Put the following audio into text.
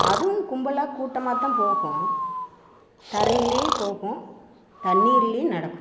அதுவும் கும்பலாக கூட்டமாக தான் போகும் தரையிலயே போகும் தண்ணீர்லையும் நடக்கும்